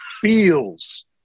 feels